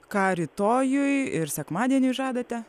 ką rytojui ir sekmadieniui žadate